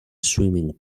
swimming